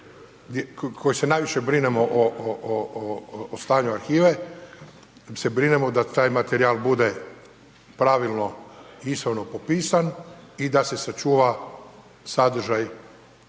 koji se najviše brinemo o stanju arhive, se brinemo da taj materijal bude pravilno i ispravno popisan i da se sačuva sadržaj.